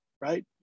Right